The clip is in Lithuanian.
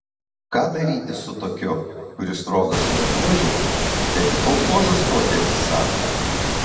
ką daryti su tokiu kuris rodos ne buožė bet į kolchozą stoti atsisako